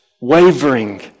wavering